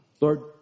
Lord